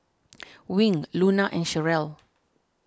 Wing Luna and Cherelle